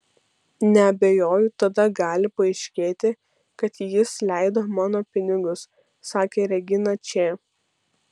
neabejoju tada gali paaiškėti kad jis leido mano pinigus sakė regina č